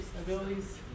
abilities